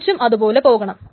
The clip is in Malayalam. തിരിച്ചും അതുപോലെ പോകണം